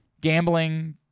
gambling